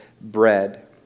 bread